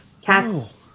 Cats